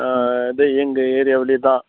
இதே எங்கள் ஏரியாவில் தான்